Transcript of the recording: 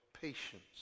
patience